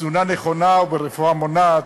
בתזונה נכונה וברפואה מונעת,